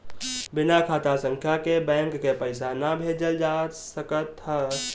बिना खाता संख्या के बैंक के पईसा ना भेजल जा सकत हअ